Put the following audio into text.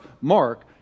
Mark